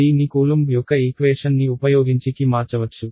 D ని Coulomb యొక్క equation ని ఉపయోగించి కి మార్చవచ్చు